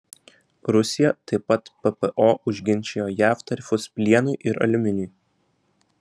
rusija taip pat ppo užginčijo jav tarifus plienui ir aliuminiui